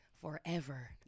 Forever